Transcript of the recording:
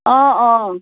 অঁ অঁ